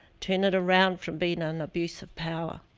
turn it around from being an abusive power.